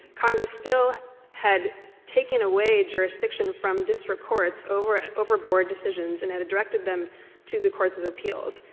congress still had taken away jurisdiction from district courts over and over board decisions and had directed them to the courts of appeals.